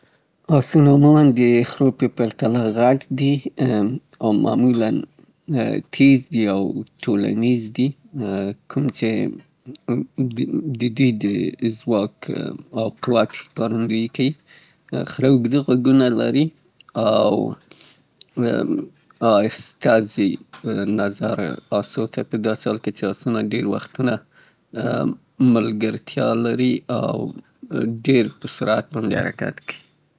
آسان د خرو په پرتله غټ دي او معمولاً تېز دي او ټولنيز دي، کوم چې د دوی د ځواک او قوت ښکارندويي کوي. خره اوږده غوږونه لري او آهسته ځي نظر آسو ته، په داسې حال کې چې آسونه ډېر وختونه ملګرتيا لري او ډېر په سرعت باندې حرکت کوي.